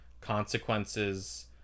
consequences